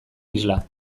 isla